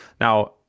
Now